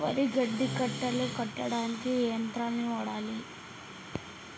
వరి గడ్డి కట్టలు కట్టడానికి ఏ యంత్రాన్ని వాడాలే?